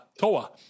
Toa